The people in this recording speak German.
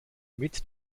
mit